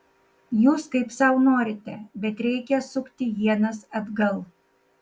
jūs kaip sau norite bet reikia sukti ienas atgal